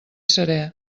seré